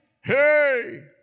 hey